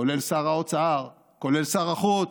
כולל שר האוצר, כולל שר החוץ,